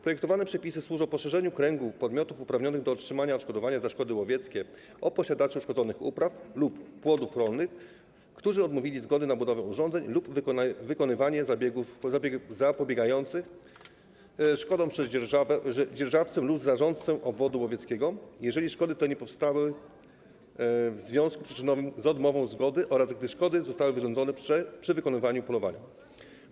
Projektowane przepisy służą poszerzeniu kręgu podmiotów uprawnionych do otrzymania odszkodowania za szkody łowieckie o posiadaczy uszkodzonych upraw lub płodów rolnych, którzy odmówili zgody na budowę urządzeń lub wykonywanie zabiegów zapobiegających szkodom przez dzierżawcę lub zarządcę obwodu łowieckiego, jeżeli szkody te nie powstały w związku przyczynowym z odmową zgody oraz gdy szkody zostały wyrządzone przy wykonywaniu polowania.